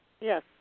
Yes